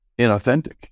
inauthentic